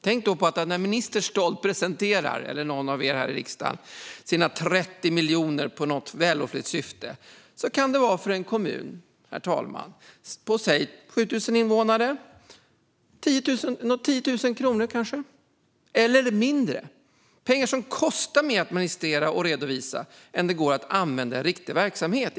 Tänk då på att när en minister eller någon av er här i riksdagen stolt presenterar sina 30 miljoner som ska gå till något vällovligt syfte kan det för en kommun på 7 000 invånare röra sig om kanske 10 000 kronor eller mindre. Det är pengar som kostar mer att investera och redovisa än att vad de går att använda i riktig verksamhet.